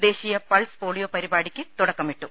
ദേശീയ pulse polio പരിപാടിയ്ക്ക് തുടക്കമിട്ടു